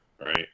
Right